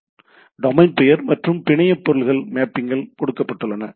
எனவே டொமைன் பெயர் மற்றும் பிணைய பொருள்கள் மேப்பிங்கில் கொடுக்கப்பட்டுள்ளன